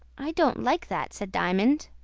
i don't like that, said diamond.